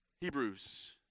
Hebrews